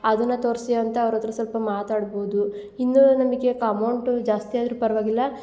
ಅದನ್ನ ತೋರಿಸಿ ಅಂತ ಅವ್ರ ಹತ್ರ ಸ್ವಲ್ಪ ಮಾತಾಡ್ಬೋದು ಇನ್ನು ನಮಗೆ ಅಮೌಂಟು ಜಾಸ್ತಿ ಆದರೂ ಪರವಾಗಿಲ್ಲ